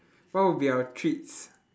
what would be our treats